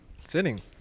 Sitting